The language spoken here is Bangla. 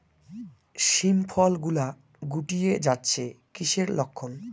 শিম ফল গুলো গুটিয়ে যাচ্ছে কিসের লক্ষন?